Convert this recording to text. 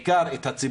בעיקר את הציבור